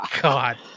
God